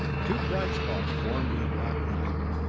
two bright spots formed in the black night.